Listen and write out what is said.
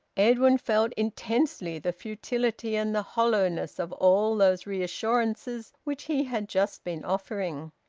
edwin felt intensely the futility and the hollowness of all those reassurances which he had just been offering.